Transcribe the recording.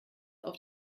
auf